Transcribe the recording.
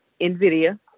NVIDIA